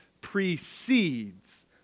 precedes